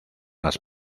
las